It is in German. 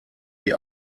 die